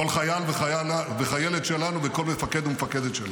זה לא מה שאמרת.